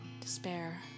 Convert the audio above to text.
Despair